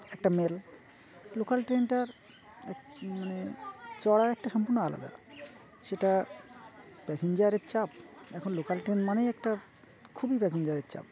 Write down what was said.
একটা mail local ট্রেনটার এক মানে চড়ার একটা সম্পূর্ণ আলাদা সেটা প্যাসেঞ্জারের চাপ এখন লোকাল ট্রেন মানেই একটা খুবই প্যাসেঞ্জারের চাপ